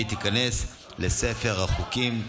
ותיכנס לספר החוקים.